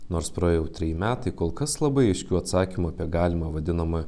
nors praėjo jau treji metai kol kas labai aiškių atsakymų apie galimą vadinamą